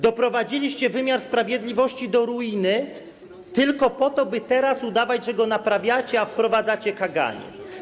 Doprowadziliście wymiar sprawiedliwości do ruiny tylko po to, by teraz udawać, że go naprawiacie, a wprowadzacie kaganiec.